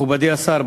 מכובדי השר,